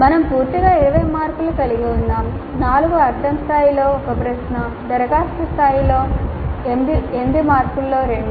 మేము పూర్తిగా 20 మార్కులు కలిగి ఉన్నాము 4 అర్థం స్థాయిలో ఒక ప్రశ్న దరఖాస్తు స్థాయిలో 8 మార్కుల్లో రెండు